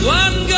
one